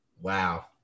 Wow